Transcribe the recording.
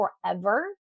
forever